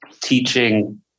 teaching